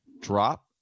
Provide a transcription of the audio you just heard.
drop